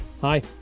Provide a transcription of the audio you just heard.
Hi